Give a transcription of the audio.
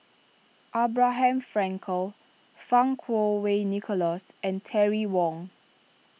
Abraham Frankel Fang Kuo Wei Nicholas and Terry Wong